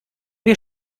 wir